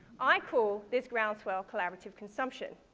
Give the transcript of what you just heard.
i call this groundswell collaborative consumption.